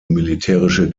militärische